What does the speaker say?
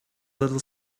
little